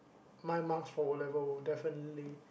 my marks for O-level definitely